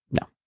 No